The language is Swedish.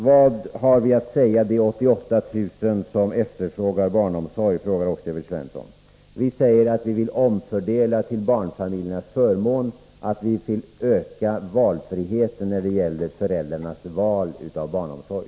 Vad har ni att säga de 88 000 som efterfrågar barnomsorg? undrar Evert Svensson. Vi säger att vi vill göra en omfördelning till barnfamiljernas förmån och att vi vill öka valfriheten när det gäller föräldrarnas val av barnomsorg.